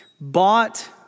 bought